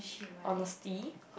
honesty